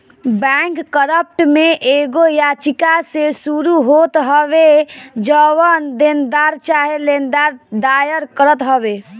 bankrupt में एगो याचिका से शुरू होत हवे जवन देनदार चाहे लेनदार दायर करत हवे